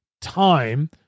time